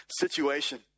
situation